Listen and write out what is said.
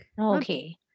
okay